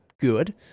good